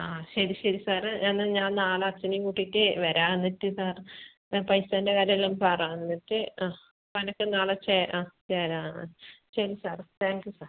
ആ ശരി ശരി സാറ് എന്നാൽ ഞാൻ നാളെ അച്ഛനെയും കൂട്ടീട്ട് വരാം എന്നിട്ട് സാറ് ആ പൈസേൻ്റെ കാര്യം എല്ലാം പറ എന്നിട്ട് ആ വന്നിട്ട് നാളെ ചേ ആ ചേരാം ആ ശരി സാർ താങ്ക് യൂ സാർ